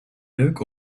leuk